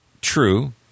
True